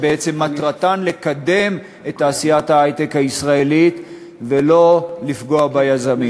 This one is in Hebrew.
שמטרתן בעצם לקדם את תעשיית ההיי-טק הישראלית ולא לפגוע ביזמים.